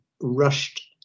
rushed